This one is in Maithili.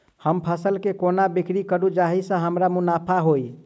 हम फसल केँ कोना बिक्री करू जाहि सँ हमरा मुनाफा होइ?